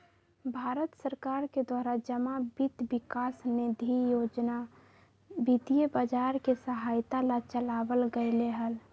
भारत सरकार के द्वारा जमा वित्त विकास निधि योजना वित्तीय बाजार के सहायता ला चलावल गयले हल